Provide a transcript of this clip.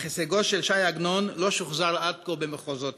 אך הישגו של ש"י עגנון לא שוחזר עד כה במחוזותינו.